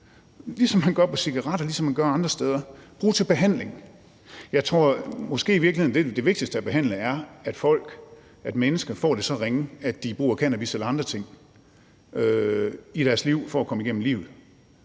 ligesom man gør på cigaretter, ligesom man gør andre steder, og bruge dem til behandling. Jeg tror måske i virkeligheden, at det vigtigste i forbindelse med behandling er, at mennesker får det så ringe, at de bruger cannabis eller andre ting i deres liv for at komme igennem livet.